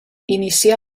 inicià